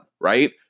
right